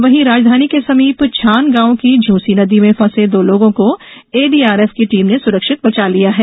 वहीं राजधानी के सर्मीप छान गांव की झूंसी नदी में फंसे दो लोगों को एडीआरएफ की टीम ने सुरक्षित बचा लिया है